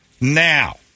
now